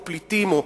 או פליטים,